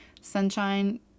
sunshine